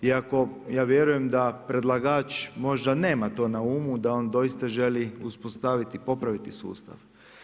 Iako ja vjerujem da predlagač, možda nema to na umu, da on doista želi, uspostaviti, popraviti sustav.